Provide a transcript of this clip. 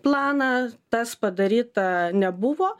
planą tas padaryta nebuvo